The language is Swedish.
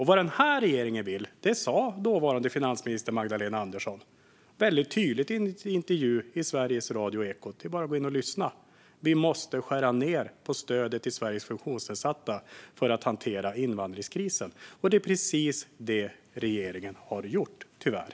Vad denna regering vill sa dåvarande finansminister Magdalena Andersson väldigt tydligt i en intervju i Ekot i Sveriges Radio - det är bara att gå in och lyssna: Vi måste skära ned på stödet till Sveriges funktionsnedsatta för att hantera invandringskrisen. Det är precis det regeringen har gjort, tyvärr.